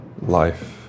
life